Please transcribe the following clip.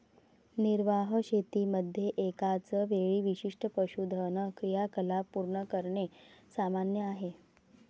निर्वाह शेतीमध्ये एकाच वेळी विशिष्ट पशुधन क्रियाकलाप पूर्ण करणे सामान्य आहे